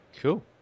Cool